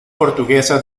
portuguesa